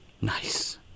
Nice